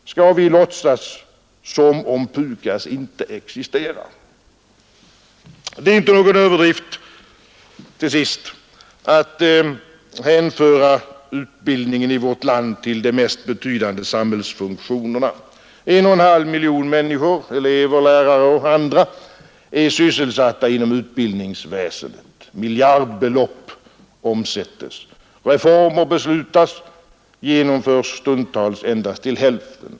Skall vi låtsas som om PUKAS inte existerar? Det är inte någon överdrift, till sist, att hänföra utbildningen i vårt land till de mest betydande samhällsfunktionerna. En och en halv miljon människor, elever, lärare och andra, är sysselsatta inom utbildningsväsendet. Miljardbelopp omsättes. Reformer beslutas men genomföres stundtals endast till hälften.